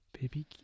Baby